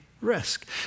risk